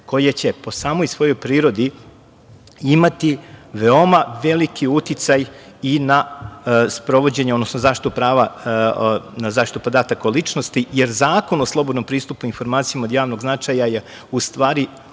koje će po samoj svojoj prirodi imati veoma veliki uticaj i na sprovođenje, odnosno zaštitu prava na zaštitu podataka o ličnosti, jer Zakon o slobodnom pristupu informacijama od javnog značaja, je u stvari,